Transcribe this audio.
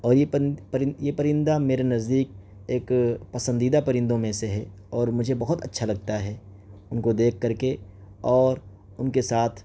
اور یہ یہ پرندہ میرے نزدیک ایک پسندیدہ پرندوں میں سے ہے اور مجھے بہت اچّھا لگتا ہے ان کو دیکھ کر کے اور ان کے ساتھ